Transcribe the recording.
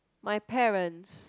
my parents